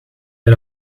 bij